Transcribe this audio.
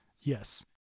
Yes